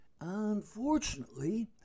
Unfortunately